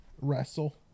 wrestle